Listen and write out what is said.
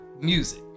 music